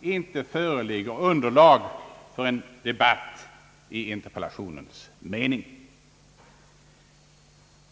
»inte föreligger underlag för en debatt i interpellationens mening».